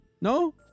No